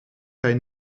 hij